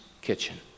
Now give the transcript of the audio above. kitchen